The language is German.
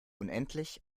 unendlich